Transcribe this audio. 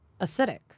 acidic